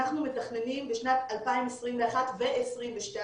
אנחנו מתכננים בשנת 2021 ו-2022,